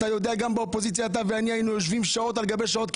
אתה יודע שגם באופוזיציה אתה ואני היינו יושבים שעות על גבי שעות,